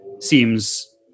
seems